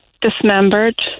dismembered